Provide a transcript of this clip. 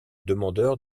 demandeur